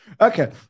Okay